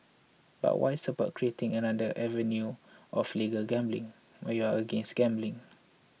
but why support creating another avenue of legal gambling when you're against gambling